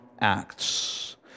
Acts